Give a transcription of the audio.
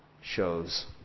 shows